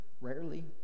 Rarely